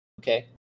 Okay